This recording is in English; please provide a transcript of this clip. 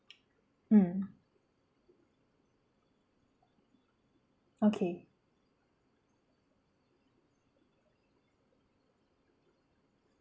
mm okay